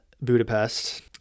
Budapest